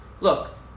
Look